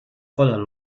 voller